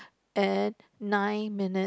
and nine minutes